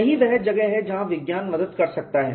यही वह जगह है जहाँ विज्ञान मदद कर सकता है